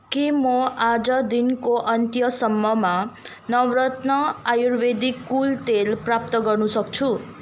के म आज दिनको अन्त्यसम्ममा नवरत्न आयुर्वेदिक कुल तेल प्राप्त गर्नसक्छु